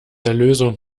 erlösung